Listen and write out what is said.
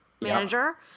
manager